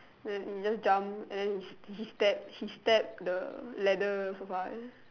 then he just jump and then he stab he stab the leather sofa eh